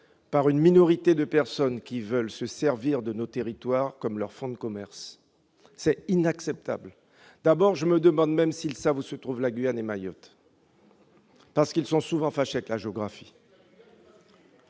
d'une minorité qui se sert de nos territoires comme d'un fonds de commerce. C'est inacceptable ! Je me demande même s'ils savent où se trouvent la Guyane et Mayotte, parce qu'ils sont souvent fâchés avec la géographie